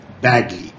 badly